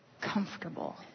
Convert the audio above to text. comfortable